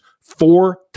four